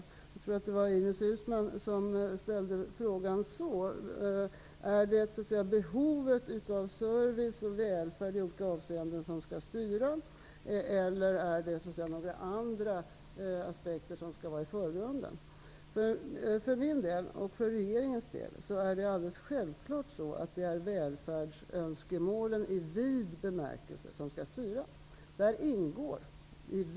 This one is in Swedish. Jag tror att det var Ines Uusmann som ställde frågan om det skall vara behovet av service och välfärd i olika avseenden som skall styra eller om några andra aspekter skall vara i förgrunden. För min och regeringens del är det alldeles självklart att det är välfärdsönskemålen i vid bemärkelse som skall styra.